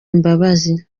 imbabazi